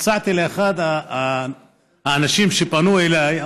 הצעתי לאחד האנשים שפנו אליי,